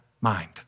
mind